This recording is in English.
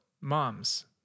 moms